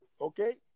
Okay